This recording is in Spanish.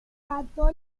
católico